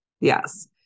Yes